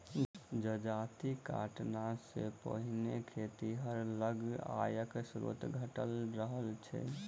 जजाति कटनी सॅ पहिने खेतिहर लग आयक स्रोत घटल रहल छै